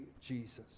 Jesus